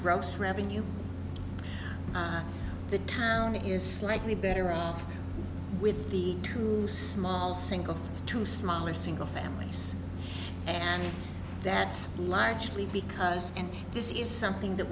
gross revenue the town is slightly better off with the two small single two smaller single families and that's largely because and this is something that